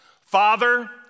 Father